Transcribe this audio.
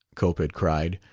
cope had cried,